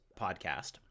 podcast